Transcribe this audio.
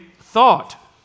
thought